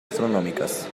astronómicas